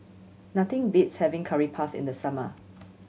nothing beats having Curry Puff in the summer